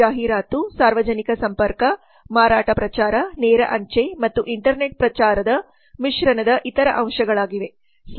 ಜಾಹೀರಾತು ಸಾರ್ವಜನಿಕ ಸಂಪರ್ಕ ಮಾರಾಟ ಪ್ರಚಾರ ನೇರ ಅಂಚೆ ಮತ್ತು ಇಂಟರ್ನೆಟ್ ಪ್ರಚಾರದ ಮಿಶ್ರಣದ ಇತರ ಅಂಶಗಳಾಗಿವೆ